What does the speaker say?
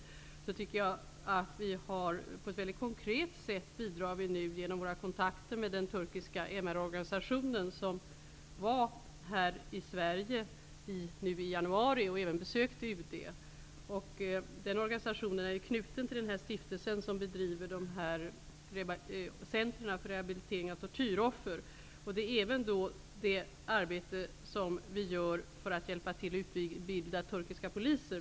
Jag tycker att vi genom våra kontakter med den turkiska MR-organisationen, som var i Sverige i januari och då även besökte UD, på ett väldigt konkret sätt har uppmärksammat förtrycket. Den organisationen är knuten till den stiftelse som bedriver centra för rehabilitering av tortyroffer. Vi hjälper också till med utbildningen av turkiska poliser.